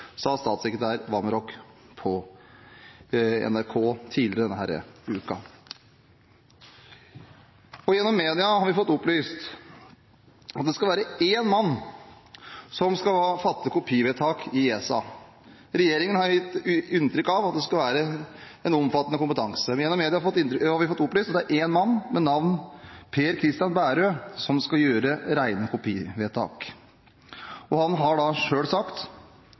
Gjennom media har vi fått opplyst at det skal være én mann som skal fatte kopivedtak i ESA. Regjeringen har gitt inntrykk av at det skal være en omfattende kompetanse. Gjennom media har vi fått opplyst at det skal være én mann med navn Per Christian Bærøe som skal gjøre rene kopivedtak. Han har